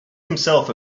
himself